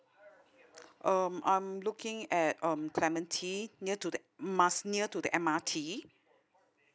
um I'm looking at um clementi near to the must near to the M_R_T